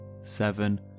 seven